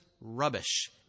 rubbish